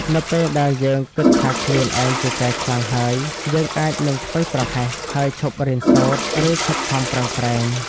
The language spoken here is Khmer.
នៅពេលដែលយើងគិតថាខ្លួនឯងពូកែខ្លាំងហើយ យើងអាចនឹងធ្វេសប្រហែស ហើយឈប់រៀនសូត្រ ឬខិតខំប្រឹងប្រែង។